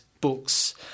books